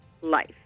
life